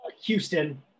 Houston